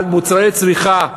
על מוצרי צריכה,